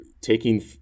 taking